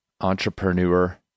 entrepreneur